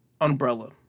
umbrella